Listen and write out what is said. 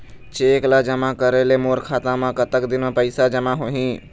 Cheque ला जमा करे ले मोर खाता मा कतक दिन मा पैसा जमा होही?